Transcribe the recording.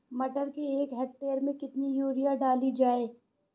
मटर के एक हेक्टेयर में कितनी यूरिया डाली जाए?